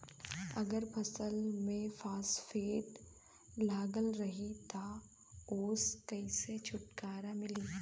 अगर फसल में फारेस्ट लगल रही त ओस कइसे छूटकारा मिली?